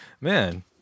Man